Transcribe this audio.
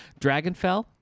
Dragonfell